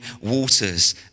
waters